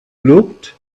looked